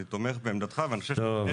אני תומך בעמדתך ואני חושב,